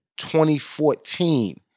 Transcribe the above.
2014